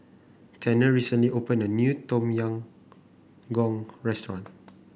Tanner recently opened a new Tom Yam Goong restaurant